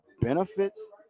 benefits